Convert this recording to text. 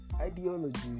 ideology